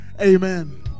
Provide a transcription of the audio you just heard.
Amen